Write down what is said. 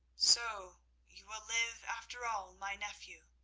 so you will live after all, my nephew,